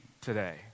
today